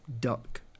duck